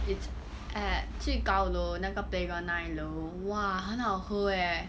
it's at 最高楼那个 playground 那一楼哇很好喝 leh